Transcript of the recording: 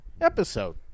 episode